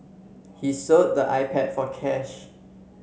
he sold the iPad for cash